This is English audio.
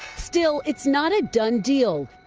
still, it's not a done deal.